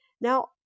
Now